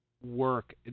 Work